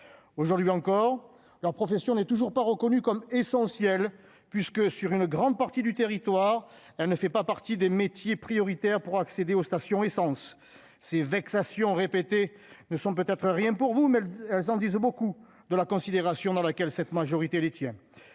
aujourd'hui encore, leur profession n'est toujours pas reconnu comme essentiel puisque sur une grande partie du territoire, elle ne fait pas partie des métiers prioritaires pour accéder aux stations essence ces vexations répétées ne sont peut-être rien pour vous, mais elles en disent beaucoup de la considération dans laquelle cette majorité les tiens